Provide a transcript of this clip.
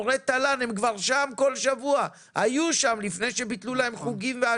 מורי התל"ן הם היו בשם בכל שבוע לפני שביטלו להם את החוגים.